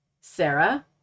Sarah